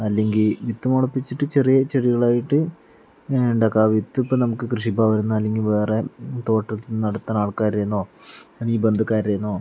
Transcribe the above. അല്ലെങ്കിൽ വിത്ത് മുളപ്പിച്ചിട്ട് ചെറിയ ചെടികളായിട്ട് ഉണ്ടാക്കാം വിത്ത് ഇപ്പോൾ നമുക്ക് കൃഷിഭവനിൽ നിന്നോ അല്ലെങ്കിൽ വേറെ തോട്ടത്തിൽ നിന്നും അടുത്ത ആൾക്കാരുടെ കയ്യിൽ നിന്നോ അല്ലെങ്കിൽ ബന്ധുക്കാരുടെകയ്യിൽ നിന്നോ